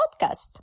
podcast